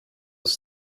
was